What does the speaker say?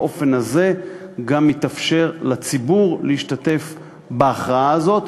באופן הזה גם יתאפשר לציבור להשתתף בהכרעה הזאת,